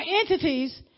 entities